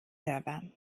server